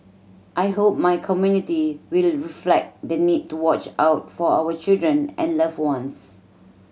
I hope my community will reflect the need to watch out for our children and loved ones